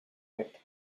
wet